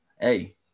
hey